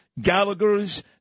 Gallagher's